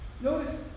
Notice